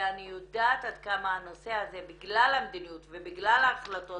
ואני יודעת עד כמה הנושא הזה בגלל המדיניות ובגלל ההחלטות